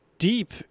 Deep